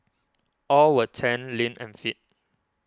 all were tanned lean and fit